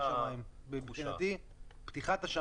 אני